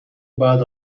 بعد